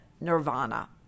nirvana